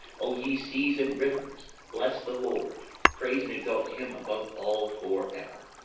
o ye seas and rivers, bless the lord praise and exalt him above all for ever.